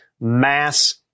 mass